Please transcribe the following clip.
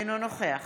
אינו נוכח